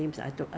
is